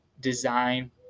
design